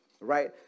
right